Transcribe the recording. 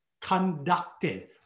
conducted